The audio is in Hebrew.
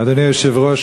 אדוני היושב-ראש,